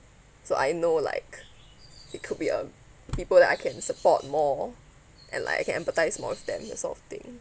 so I know like it could be a people that I can support more and like I can empathise more with them that sort of thing